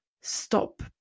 stop